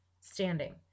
standing